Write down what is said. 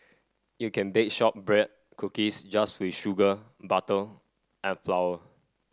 you can bake shortbread cookies just with sugar butter and flour